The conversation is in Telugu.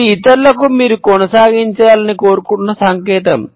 ఇది ఇతరులకు మీరు కొనసాగాలని కోరుకుంటున్న సంకేతం